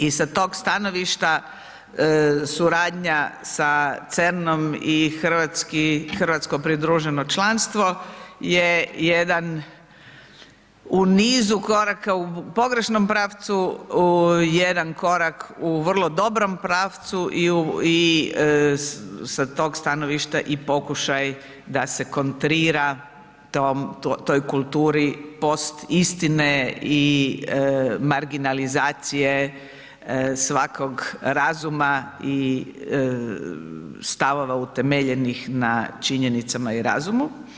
I sa tog stanovišta suradnja sa CERN-om i hrvatsko pridruženo članstvo je jedan u nizu koraka u pogrešnom pravcu, jedan korak u vrlo dobrom pravci i sa tog stanovišta i pokušaj da se kontrira toj kulturi post-istine i marginalizacije svakog razuma i stavova utemeljenih na činjenicama i razumu.